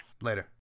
Later